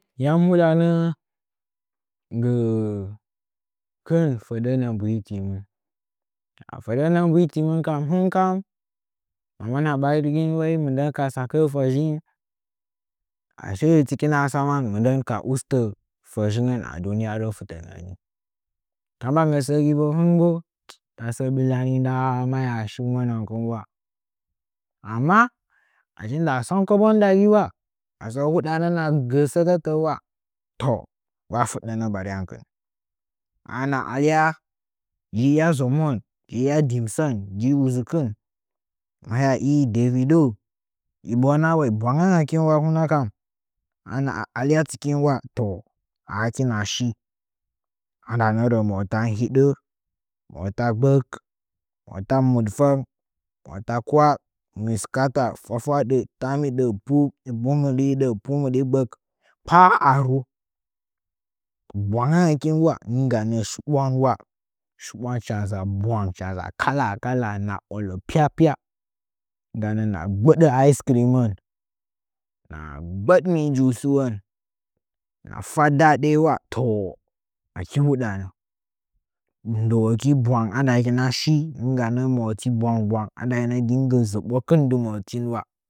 Yam hudanə gə kil fədə nə’ə mbuhitimɨn fədə nə’ə mbuhili mɨn bə kam ma mwan ɓarin wa mɨndən ka tsakə’ə fəzhin asəə tɨkina tsama vidən ka ustə fəzhingən aduni yaru fɨtə ni tsamanginə səgi hɨn bo tasə sə ɓill ani nda maya shiunəngən wa amma da achi sən kobbon ndagi wa masə hudanə hɨnagə sətə tə’ə wa to nggwa fudə nə bar yan kɨn ana yala liya dzimon liya ɗimsən dɨmsɨkɨn maya i devido bwangə ngəkin an alyatɨkɨn toh ha hɨkina shi hana nggɨrə moran hidəa mota gbək motamɨdfəng mota kwah, mɨs kaata fwafwaɗə taambidə pu pu mbi ɗi hiɗə pu mbiɗi gbək har haaru bwangə ngəkin nɨngganə shiɓwan wa shiɓwan hɨcha nza bwanhɨcha nza kala kala bərina ola pya pya ganə hɨna gbədə ju sɨ won hɨna fa daɗei ua toh aki huɗanə ndəwəging bwang andakinashi ningganə moti bwang bwang andainashi hin ringgə zəɓo di motin wa.